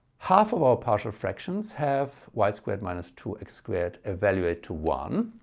half of our partial fractions have y squared minus two x squared evaluate to one.